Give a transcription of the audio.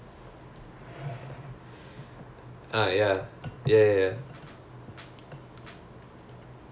the same group of people because now we need to sit in the same groups right because of COVID so me and three other